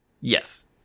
Yes